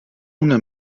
una